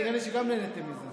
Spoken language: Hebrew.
נראה לי שגם נהניתם מזה.